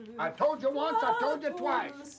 i told ya once, i told ya twice!